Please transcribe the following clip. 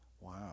wow